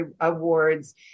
awards